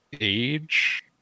age